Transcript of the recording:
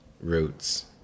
roots